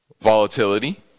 volatility